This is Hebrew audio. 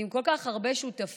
עם כל כך הרבה שותפים